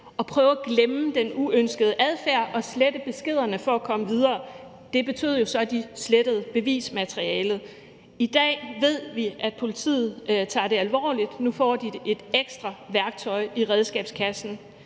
at prøve at glemme den uønskede adfærd og slette beskederne for at komme videre. Det betød jo så, at de slettede bevismateriale. I dag ved vi, at politiet tager det alvorligt. Nu får de et ekstra værktøj i redskabskassen,